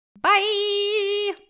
Bye